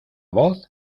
voz